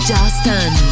Justin